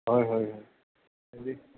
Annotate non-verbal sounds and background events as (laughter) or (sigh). হয় হয় হয় (unintelligible)